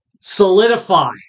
solidify